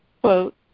quote